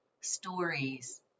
stories